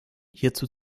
hierzu